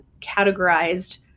categorized